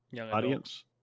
audience